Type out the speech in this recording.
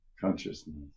consciousness